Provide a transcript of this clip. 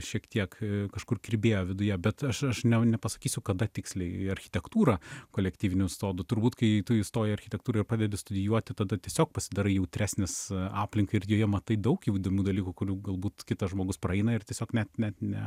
šiek tiek kažkur kirbėjo viduje bet aš aš nepasakysiu kada tiksliai į architektūrą kolektyvinių sodų turbūt kai tu įstoji į architektūrą ir pradedi studijuoti tada tiesiog pasidarai jautresnis aplinkai ir joje matai daug jau įdomių dalykų kurių galbūt kitas žmogus praeina ir tiesiog net net ne